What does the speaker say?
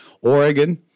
Oregon